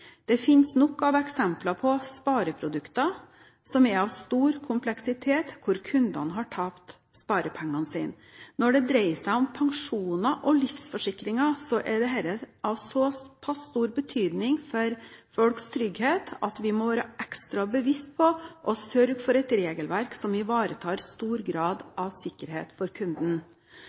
Det finnes nok av eksempler på spareprodukter som er av stor kompleksitet, hvor kundene har tapt sparepengene sine. Når det dreier seg om pensjoner og livsforsikringer, er dette av så stor betydning for folks trygghet at vi må være ekstra bevisst på å sørge for et regelverk som ivaretar stor grad av sikkerhet for